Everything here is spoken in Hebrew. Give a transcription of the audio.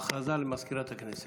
הודעה למזכירת הכנסת.